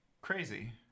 crazy